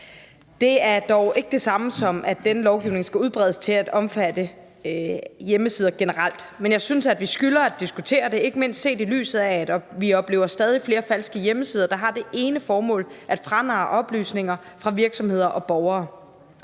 Det er dog ikke det samme som, at denne lovgivning skal udbredes til at omfatte hjemmesider generelt, men jeg synes, vi skylder at diskutere det, ikke mindst set i lyset af at vi oplever stadig flere hjemmesider, der har det ene formål at franarre oplysninger fra virksomheder og borgere.